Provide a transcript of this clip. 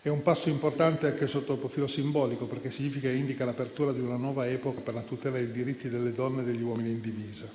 di un passo importante anche sotto il profilo simbolico, perché significa e indica l'apertura di una nuova epoca per la tutela dei diritti delle donne e degli uomini in divisa.